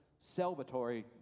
salvatory